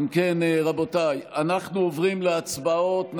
אם כן, רבותיי, אנחנו עוברים להצבעות.